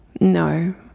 no